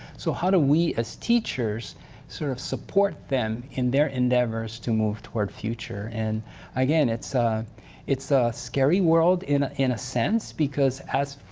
so how do we as teachers sort of support them in their endeavors to move towards the future. and again, it's ah it's ah scary world in in a sense because as,